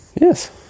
Yes